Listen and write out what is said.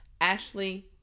Ashley